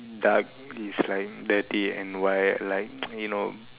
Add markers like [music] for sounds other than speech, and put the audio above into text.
dark is like dirty and white like [noise] you know